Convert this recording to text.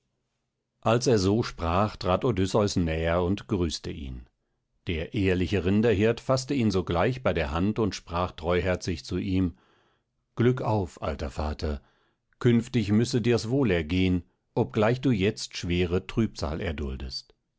als er so sprach trat odysseus näher und grüßte ihn der ehrliche rinderhirt faßte ihn sogleich bei der hand und sprach treuherzig zu ihm glück auf alter vater künftig müsse dir's wohlgehen obgleich du jetzt schwere trübsal erduldest